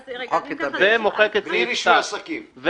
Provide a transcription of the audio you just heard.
זאת אומרת, רק את ההפניה לפסקה (ב) אתם מבטלים.